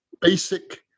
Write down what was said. basic